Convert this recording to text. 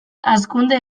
hazkunde